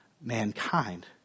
mankind